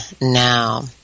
now